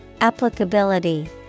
Applicability